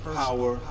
power